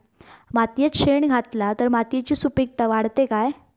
मातयेत शेण घातला तर मातयेची सुपीकता वाढते काय?